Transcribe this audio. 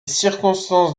circonstances